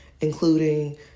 including